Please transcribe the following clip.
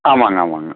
ஆமாங்க ஆமாங்க